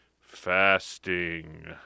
fasting